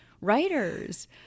writers